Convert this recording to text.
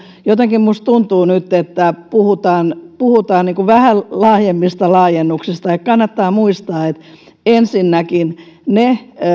jotenkin minusta tuntuu nyt että puhutaan puhutaan vähän laajemmista laajennuksista niin muutama asia kannattaa muistaa ensinnäkin ne